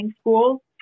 school